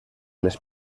les